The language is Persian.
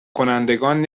کنندگان